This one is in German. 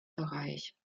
bereich